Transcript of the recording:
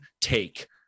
take